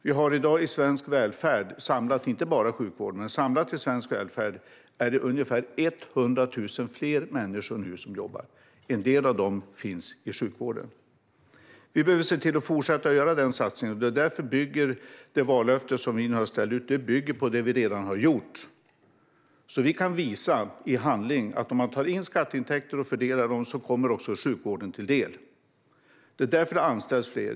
Vi har i dag i svensk välfärd inte bara i sjukvården, samlat, ungefär 100 000 fler människor som jobbar. En del av dem finns i sjukvården. Vi behöver se till att fortsätta att göra den satsningen. Därför bygger det vallöfte som vi nu har ställt ut på det vi redan har gjort. Vi kan i handling visa att om man tar in skatteintäkter och fördelar dem kommer det också sjukvården till del. Det är därför det anställs fler.